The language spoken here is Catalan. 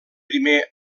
primer